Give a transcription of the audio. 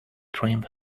trim